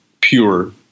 pure